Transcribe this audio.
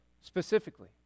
specifically